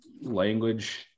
language